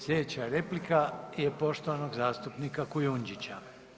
Sljedeća replika je poštovanog zastupnika Kujundžića.